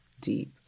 deep